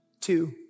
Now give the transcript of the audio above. Two